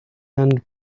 and